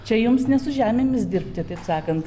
čia jums ne su žemėmis dirbti taip sakant